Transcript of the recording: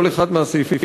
כל אחד מהסעיפים,